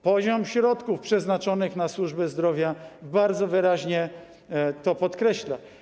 Poziom środków przeznaczonych na służbę zdrowia bardzo wyraźnie to podkreśla.